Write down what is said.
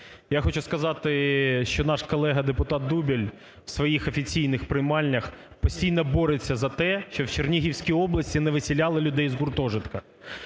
я хочу сказати, що наш колега депутат Дубіль в своїх офіційних приймальнях постійно бореться за те, щоб в Чернігівській області не виселяли людей з гуртожитку.